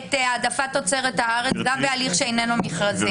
את העדפת תוצרת הארץ גם בהליך שאיננו מכרזי?